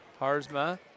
Harzma